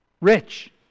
rich